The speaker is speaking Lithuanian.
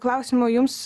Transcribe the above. klausimo jums